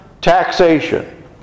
taxation